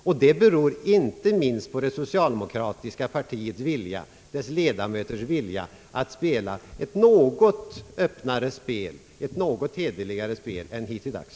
Den saken beror inte minst på de socialdemokratiska ledamöternas vilja att spela ett något öppnare spel, ett något hederligare spel, än hittilldags.